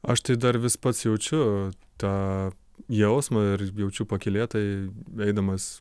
aš tai dar vis pats jaučiu tą jausmą ir jaučiu pakylėtai eidamas